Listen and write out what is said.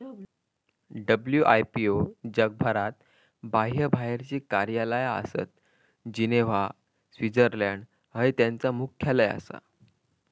WIPO जगभरात बाह्यबाहेरची कार्यालया आसत, जिनेव्हा, स्वित्झर्लंड हय त्यांचा मुख्यालय आसा